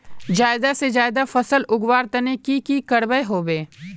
ज्यादा से ज्यादा फसल उगवार तने की की करबय होबे?